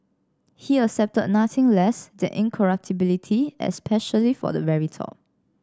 he accepted nothing less than incorruptibility especially for the very top